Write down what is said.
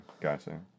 Gotcha